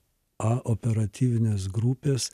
a operatyvinės grupės